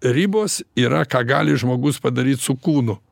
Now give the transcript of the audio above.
ribos yra ką gali žmogus padaryt su kūnu